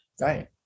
Right